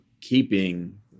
keeping